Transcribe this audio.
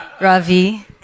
Ravi